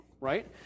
right